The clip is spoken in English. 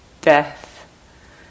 death